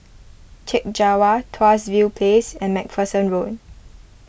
Chek Jawa Tuas View Place and MacPherson Road